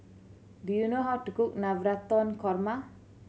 do you know how to cook Navratan Korma